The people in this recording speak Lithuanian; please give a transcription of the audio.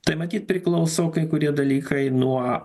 tai matyt priklauso kai kurie dalykai nuo